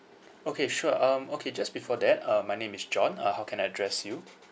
okay sure um okay just before that uh my name is john uh how can I address you